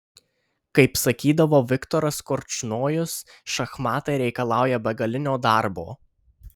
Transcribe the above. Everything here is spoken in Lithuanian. kaip sakydavo viktoras korčnojus šachmatai reikalauja begalinio darbo